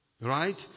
Right